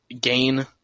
gain